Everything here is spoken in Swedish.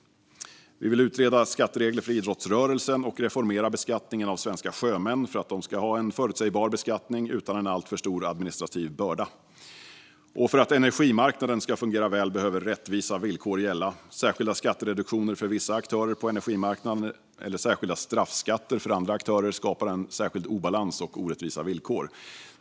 Vi vill utreda skatteregler för idrottsrörelsen och reformera beskattningen av svenska sjömän för att de ska ha en förutsägbar beskattning utan en alltför stor administrativ börda. För att energimarknaden ska fungera väl behöver rättvisa villkor gälla. Särskilda skattereduktioner för vissa aktörer på energimarknaden eller särskilda straffskatter för andra aktörer skapar en särskild obalans och orättvisa villkor.